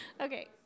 Okay